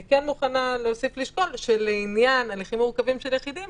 אני מוכנה להוסיף לשקול שלעניין הליכים מורכבים של יחידים